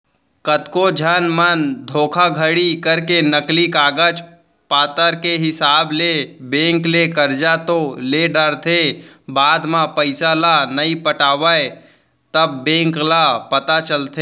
कतको झन मन धोखाघड़ी करके नकली कागज पतर के हिसाब ले बेंक ले करजा तो ले डरथे बाद म पइसा ल नइ पटावय तब बेंक ल पता चलथे